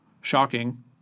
shocking